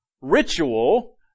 ritual